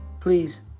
Please